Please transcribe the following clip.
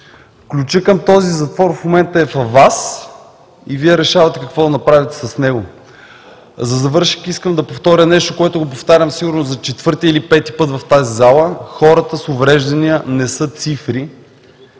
Ключът към този затвор в момента е във Вас и Вие решавате какво да направите с него. За завършек искам да повторя нещо, което повтарям сигурно за четвърти или пети път в тази зала – хората с увреждания не са цифри